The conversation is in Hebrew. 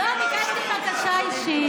לא, ביקשתי בקשה אישית.